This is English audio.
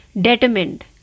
determined